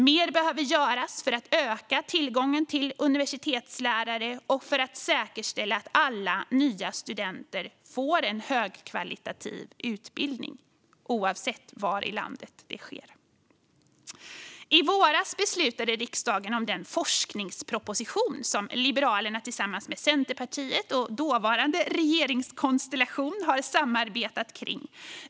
Mer behöver göras för att öka tillgången till universitetslärare för att säkerställa att alla nya studenter får en högkvalitativ utbildning, oavsett var i landet det sker. I våras beslutade riksdagen om den forskningsproposition som Liberalerna tillsammans med Centerpartiet och den dåvarande regeringskonstellationen samarbetade om.